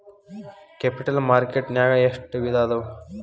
Capital market ನ್ಯಾಗ್ ಎಷ್ಟ್ ವಿಧಾಅವ?